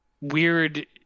weird